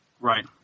Right